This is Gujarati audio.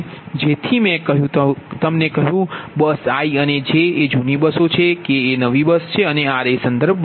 તેથી મેં તમને કહ્યું છે કે બસ i અને j એ જૂની બસો છે અને k એ નવી બસ છે અને r એ સંદર્ભ બસ છે